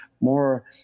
more